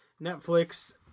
Netflix